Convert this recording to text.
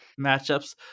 matchups